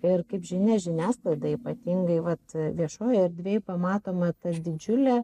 ir kaip žinia žiniasklaida ypatingai vat viešojoj erdvėj pamatoma ta didžiulė